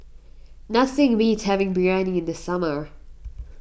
nothing beats having Biryani in the summer